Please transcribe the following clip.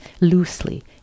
loosely